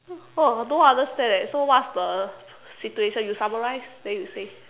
oh I don't understand eh so what's the situation you summarize then you say